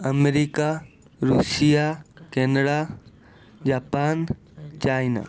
America Russia Canada Japan China